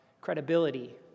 credibility